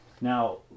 Now